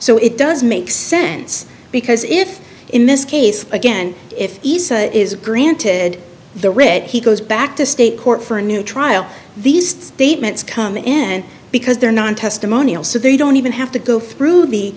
so it does make sense because if in this case again if isa is granted the writ he goes back to state court for a new trial these statements come in because they're not testimonial so they don't even have to go through the